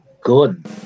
Good